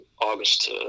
August